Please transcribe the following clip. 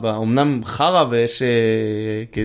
באמנם חרא ויש...